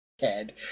head